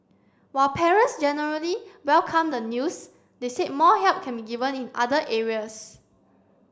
while parents generally welcomed the news they said more help can be given in other areas